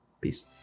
Peace